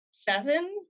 seven